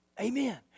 amen